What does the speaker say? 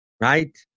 right